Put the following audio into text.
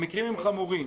המקרים הם חמורים.